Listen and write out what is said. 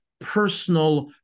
personal